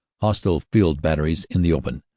hostile field batteries in the open,